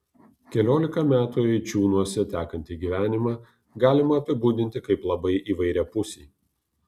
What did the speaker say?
keliolika metų eičiūnuose tekantį gyvenimą galima apibūdinti kaip labai įvairiapusį